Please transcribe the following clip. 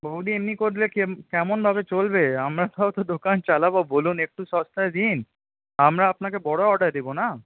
বউদি এমনি করলে কেম কেমনভাবে চলবে আমরাও তো দোকান চালাব বলুন একটু সস্তায় দিন আমরা আপনাকে বড় অর্ডার দেব না